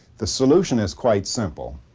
the solution is quite simple.